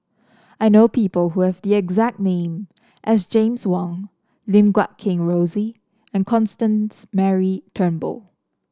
I know people who have the exact name as James Wong Lim Guat Kheng Rosie and Constance Mary Turnbull